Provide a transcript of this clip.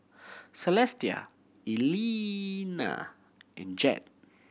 Celestia Elena and Jed